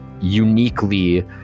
uniquely